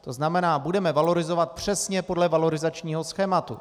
To znamená, budeme valorizovat přesně podle valorizačního schématu.